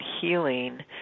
healing